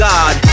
God